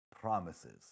promises